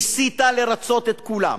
ניסית לרצות את כולם,